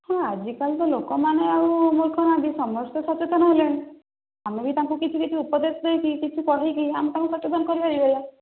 ହଁ ଆଜିକାଲି ତ ଲୋକମାନେ ଆଉ ମୂର୍ଖ ନାହାନ୍ତି ସମସ୍ତେ ସଚେତନ ହେଲେଣି ଆମେ ବି ତାଙ୍କୁ କିଛି କିଛି ଉପଦେଶ ଦେଇକି କିଛି କହିକି ଆମେ ତାଙ୍କୁ ସଚେତନ କରିପାରିବା